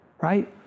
right